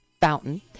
fountain